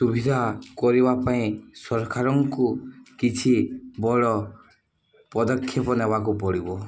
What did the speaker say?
ସୁବିଧା କରିବା ପାଇଁ ସରକାରଙ୍କୁ କିଛି ବଡ଼ ପଦକ୍ଷେପ ନେବାକୁ ପଡ଼ିବ